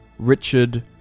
Richard